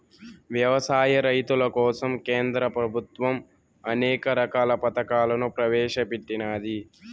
వ్యవసాయ రైతుల కోసం కేంద్ర ప్రభుత్వం అనేక రకాల పథకాలను ప్రవేశపెట్టినాది